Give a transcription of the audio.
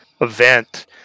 event